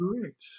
Correct